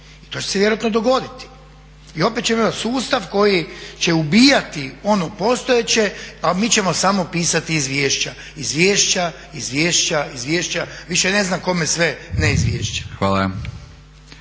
i to će se vjerojatno i dogoditi i opet ćemo imati sustav koji će ubijati ono postojeće, a mi ćemo samo pisati izvješća, izvješća, izvješća. Više ne znam kome sve ne izvješća.